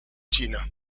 china